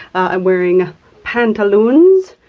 i'm wearing pantaloons.